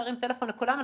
להרים טלפון לכולם,